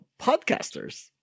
podcasters